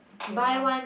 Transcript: okay lor